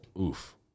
Oof